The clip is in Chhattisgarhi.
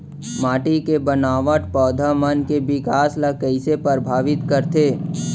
माटी के बनावट पौधा मन के बिकास ला कईसे परभावित करथे